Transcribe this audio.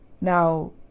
Now